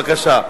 בבקשה.